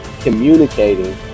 Communicating